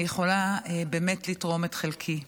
אני יכולה באמת לתרום את חלקי.